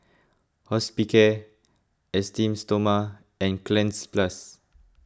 Hospicare Esteem Stoma and Cleanz Plus